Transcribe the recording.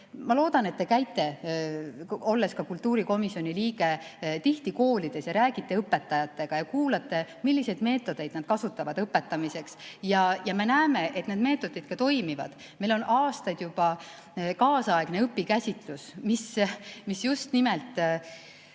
Ma loodan, et te käite, olles kultuurikomisjoni liige, tihti koolides ja räägite õpetajatega ja kuulate, milliseid meetodeid nad kasutavad õpetamiseks. Me näeme, et need meetodid ka toimivad. Meil on aastaid juba kaasaegne õpikäsitlus, mis just nimelt